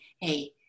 hey